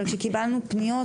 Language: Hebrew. אבל כשקיבלנו פניות,